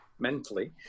mentally